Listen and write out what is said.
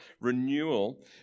renewal